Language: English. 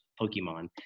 Pokemon